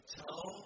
tell